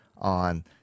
on